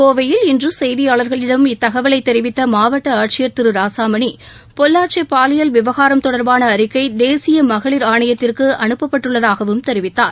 கோவையில் இன்று செய்தியாளர்களிடம் இத்தகவலை தெரிவித்த மாவட்ட ஆட்சியர் திரு ராசாமணி பொள்ளாச்சி பாலியல் விவகாரம் தொடர்பான அறிக்கை தேசிய மகளிர் ஆணையத்திற்கு அனுப்பப்பட்டுள்ளதாகவும் தெரிவித்தார்